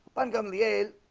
i'm gonna be l